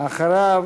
אחריו,